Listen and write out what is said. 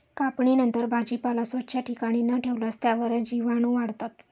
कापणीनंतर भाजीपाला स्वच्छ ठिकाणी न ठेवल्यास त्यावर जीवाणूवाढतात